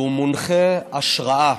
שהוא מונחה השראה.